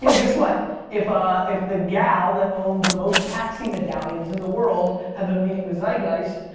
you know guess what if ah if the gal that owned the most taxi medallions in the world had been reading the zeitgeist,